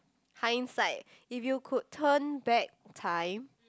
hindsight if you could turn back time